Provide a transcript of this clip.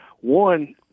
One